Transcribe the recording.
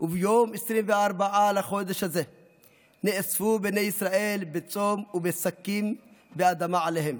"וביום עשרים וארבעה לחדש הזה נאספו בני ישראל בצום ובשקים ואדמה עליהם,